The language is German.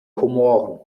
komoren